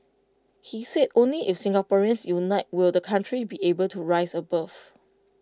he said only if Singaporeans unite will the country be able to rise above